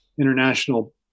international